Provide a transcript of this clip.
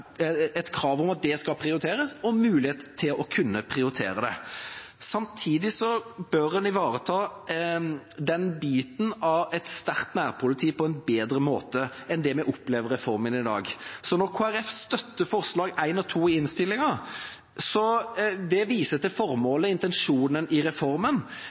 et krav om at det skal prioriteres, og muligheten til å kunne prioritere det. Samtidig bør en ivareta biten med et sterkt nærpoliti på en bedre måte enn det vi opplever med reformen i dag. Så når Kristelig Folkeparti støtter forslag til vedtak I og II i innstillingen, som viser til formålet og intensjonen med reformen,